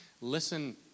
Listen